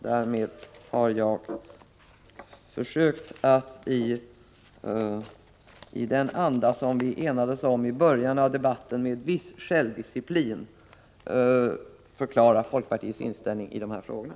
Därmed har jag försökt att i den anda som vi enades om i början av debatten med viss självdisciplin förklara folkpartiets inställning i de här frågorna.